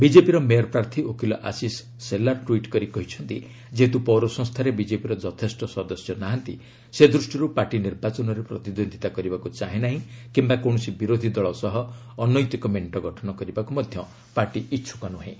ବିଜେପିର ମେୟର୍ ପ୍ରାର୍ଥୀ ଓକିଲ ଆଶିଷ୍ ସେଲାର୍ ଟ୍ୱିଟ୍ କରି କହିଛନ୍ତି ଯେହେତୁ ପୌର ସଂସ୍ଥାରେ ବିକେପିର ଯଥେଷ୍ଟ ସଦସ୍ୟ ନାହାନ୍ତି ସେ ଦୃଷ୍ଟିରୁ ପାର୍ଟି ନିର୍ବାଚନରେ ପ୍ରତିଦ୍ୱନ୍ଦ୍ୱିତା କରିବାକୁ ଚାହେଁ ନାହିଁ କିମ୍ବା କୌଣସି ବିରୋଧି ଦଳ ସହ ଅନୈତିକ ମେଣ୍ଟ ଗଠନ କରିବାକୁ ମଧ୍ୟ ପାର୍ଟି ଇଚ୍ଛକ ନୁହେଁ